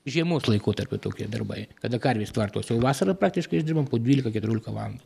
žiemos laikotarpiu tokie darbai kada karvės tvartuose o vasarą praktiškai išdirbam po dvylika keturiolika valandų